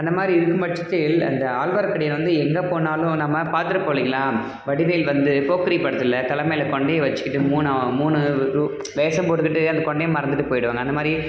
அந்த மாதிரி இருக்கும் பட்சத்தில் அந்த ஆழ்வார்க்கடியன் வந்து எங்கே போனாலும் நம்ம பார்த்துருப்போம் இல்லைங்களா வடிவேல் வந்து போக்கிரி படத்தில் தலை மேல் கொண்டையை வைச்சுக்கிட்டு மூணு மூணு ரூ வேஷம் போட்டுக்கிட்டு அந்த கொண்டையை மறந்துவிட்டு போயிடுவாங்க அந்த மாதிரி